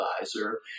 advisor